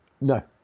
No